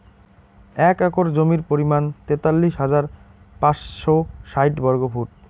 এক একর জমির পরিমাণ তেতাল্লিশ হাজার পাঁচশ ষাইট বর্গফুট